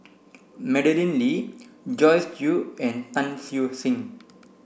Madeleine Lee Joyce Jue and Tan Siew Sin